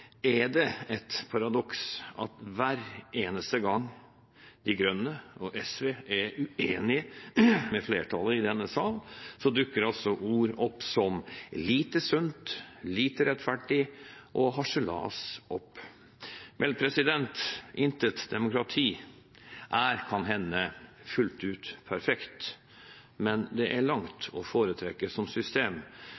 SV er uenig med flertallet i denne sal, dukker begreper som «lite sunt», «lite rettferdig» og «harselas» opp. Intet demokrati er kan hende fullt ut perfekt, men det er langt å foretrekke som system